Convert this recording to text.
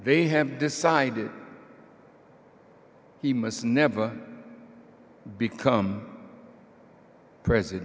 they have decided he must never become president